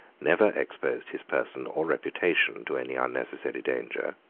never exposed his person or reputation to any unnecessary danger,